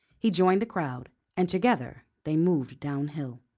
he joined the crowd, and together they moved down-hill.